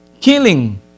killing